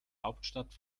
hauptstadt